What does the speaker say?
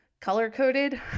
color-coded